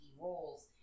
roles